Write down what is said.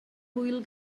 hwyl